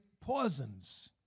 poisons